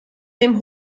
dem